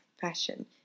fashion